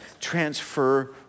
transfer